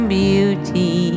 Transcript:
beauty